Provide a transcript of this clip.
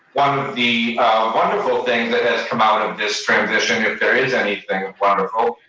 one of the wonderful things that has come out of this transition, if there is anything and wonderful,